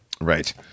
right